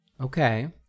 Okay